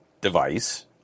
device